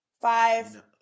five